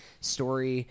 story